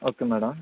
okay madam